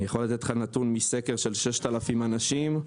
אני יכול להציג נתון מסקר של 6,000 אנשים,